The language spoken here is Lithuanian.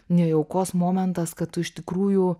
nejaukos momentas kad tu iš tikrųjų